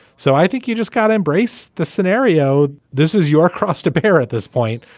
so i think you just gotta embrace the scenario. this is your cross to bear at this point,